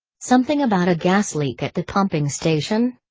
something about a gas leak at the pumping station?